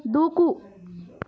దూకు